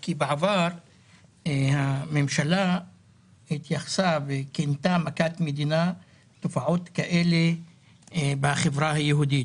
כי בעבר הממשלה התייחסה וכינתה מכת מדינה תופעות כאלה בחברה היהודית.